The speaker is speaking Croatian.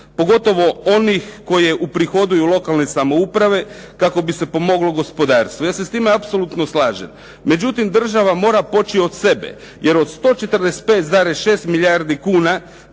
pogotovo onih koji uprihoduju lokalne samouprave kako bi se pomoglo gospodarstvu. Ja se sa time apsolutno slažem. Međutim, država mora poći od sebe. Jer od 145,6 milijardi kuna